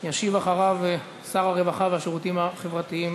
כפי שנקבע בעבר בבית-המשפט העליון,